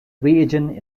reagent